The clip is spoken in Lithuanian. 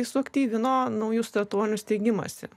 jis suaktyvino naujų startuolių steigimąsi